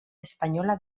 española